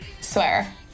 Swear